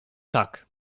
tak